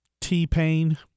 T-Pain